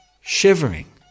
shivering